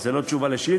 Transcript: זו לא תשובה על שאילתה,